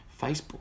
Facebook